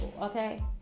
okay